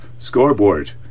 scoreboard